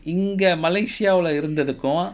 இங்க:inga malaysia வுல இருந்ததுக்கு:vula irunthathuku